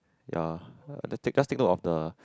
ya just take just take look of the